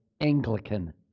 Anglican